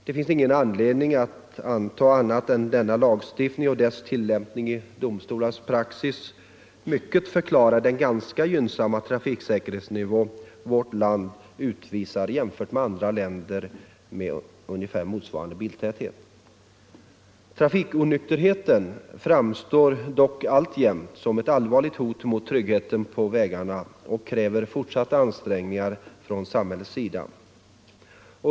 Det finns ingen anledning att anta annat än att denna lagstiftning och dess tillämpning i domstolarna är förklaringen till den ganska gynnsamma trafiksäkerhetsnivå vårt land uppvisar jämfört med andra länder med motsvarande biltäthet. Trafikonykterheten framstår dock alltjämt som ett allvarligt hot mot tryggheten på vägarna och kräver fortsatta ansträngningar från samhällets sida.